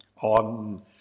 on